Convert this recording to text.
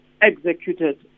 executed